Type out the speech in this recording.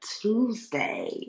Tuesday